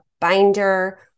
binder